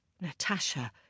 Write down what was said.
Natasha